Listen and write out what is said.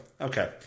Okay